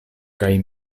kaj